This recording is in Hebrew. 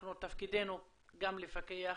תפקידנו גם לפקח,